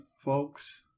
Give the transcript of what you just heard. folks